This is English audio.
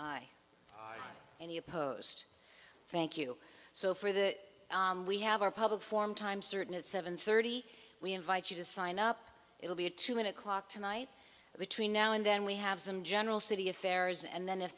i and you post thank you so for that we have our public forum time certain at seven thirty we invite you to sign up it will be a two minute clock tonight between now and then we have some general city affairs and then if